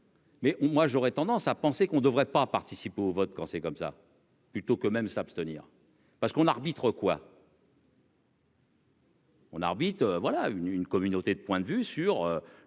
Mais moi j'aurais tendance à penser qu'on ne devrait pas participer au vote, quand c'est comme ça. Plutôt que même s'abstenir parce qu'on arbitre quoi. On arbitre voilà une une communauté de point de vue sur